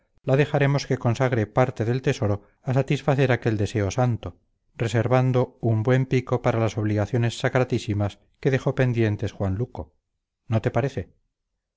la dejaremos que consagre parte del tesoro a satisfacer aquel deseo santo reservando un buen pico para las obligaciones sacratísimas que dejó pendientes juan luco no te parece